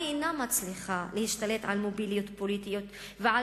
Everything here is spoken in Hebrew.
איננה מצליחה להשתלט על מוביליות פוליטית ועל